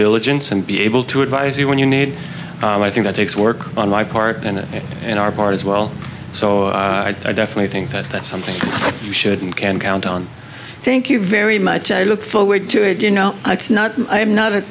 diligence and be able to advise you when you need and i think that takes work on my part and in our part as well so i definitely think that that's something we should and can count on thank you very much i look forward to it you know it's not i'm not a